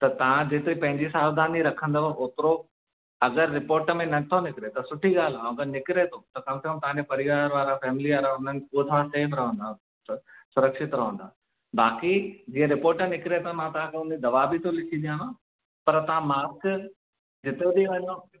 त तव्हां जेतिरी पंहिंजी सावधानी रखंदव ओतिरो अगरि रिपोर्ट में नथो निकिरे त सुठी ॻाल्हि आहे ऐं अगरि निकिरे थो त कम से कमु तव्हांजे परिवार वारा फैमिली वारा हुननि हू तव्हांजा सेफ रहंदा सुरक्षित रहंदा बाक़ी जीअं रिपोर्ट निकिरे त मां तव्हांखे हुन जी दवा बि थो लिखी ॾियांव पर तव्हां मास्क जिथे बि वञो